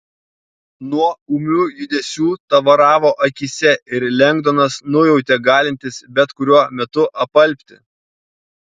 nuo ūmių judesių tavaravo akyse ir lengdonas nujautė galintis bet kuriuo metu apalpti